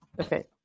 Okay